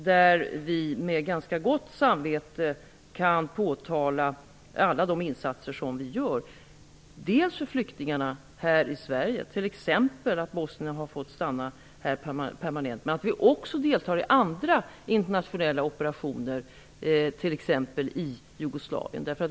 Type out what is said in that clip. Vi kan med ganska gott samvete hänvisa till alla de insatser som vi gör, dels för flyktingarna här i Sverige, t.ex. att bosnierna har fått stanna här permanent, dels genom att delta i internationella operationer, t.ex. i Jugoslavien.